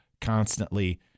constantly